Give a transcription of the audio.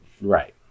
Right